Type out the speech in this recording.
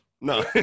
No